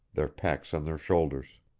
their packs on their shoulders.